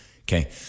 okay